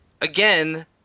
again